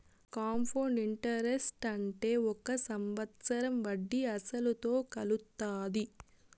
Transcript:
compound interest అంటే ఒక సంవత్సరం వడ్డీ అసలుతో కలుత్తాది